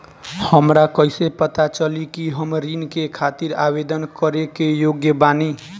हमरा कइसे पता चली कि हम ऋण के खातिर आवेदन करे के योग्य बानी?